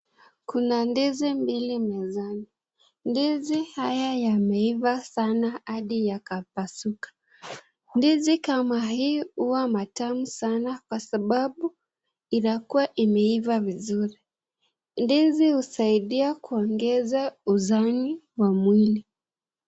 Kuna ndizi mbili mezani ndizi haya yameiva sana hadi yakapasuka, ndizi kama hii huwa matamu sana kwa sababu inakuwa imeiva vizuri, ndizi husaidia kuongeza uzani wa mwili.